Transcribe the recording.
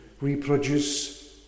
reproduce